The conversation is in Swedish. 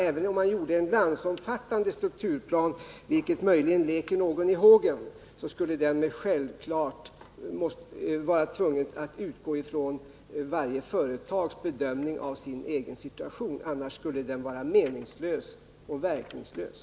Även om man gjorde en landsomfattande strukturplan, vilket möjligen leker någon i hågen, skulle man därvid självfallet vara tvungen att utgå från varje företags bedömning av sin egen situation — annars skulle planen vara meningslös och verkningslös.